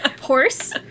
horse